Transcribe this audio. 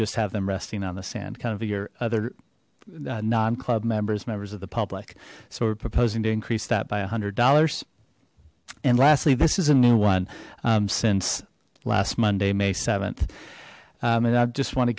just have them resting on the sand kind of your other non club members members of the public so we're proposing to increase that by one hundred dollars and lastly this is a new one since last monday may th and i just want to